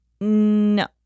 No